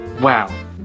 wow